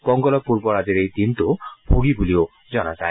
পোংগলৰ পুৰ্বৰ আজিৰ এই দিনটো ভোগী বুলিও জনা যায়